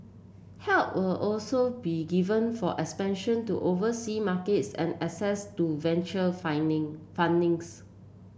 help will also be given for expansion to oversea markets and access to venture